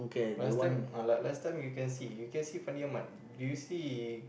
oh last time uh last time you can see you can see Fandi-Ahmad did you see he